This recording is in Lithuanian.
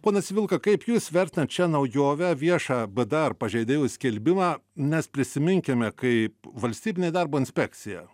ponas civilka kaip jūs vertinat šią naujovę viešą bdar pažeidėjų skelbimą nes prisiminkime kaip valstybinė darbo inspekcija